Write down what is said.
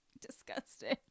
Disgusting